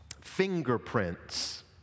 fingerprints